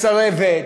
מסרבת